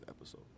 episode